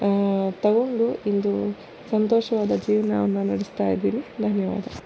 ತಗೊಂಡು ಇಂದು ಸಂತೋಷವಾದ ಜೀವನವನ್ನ ನಡೆಸ್ತಾಯಿದ್ದೀನಿ ಧನ್ಯವಾದ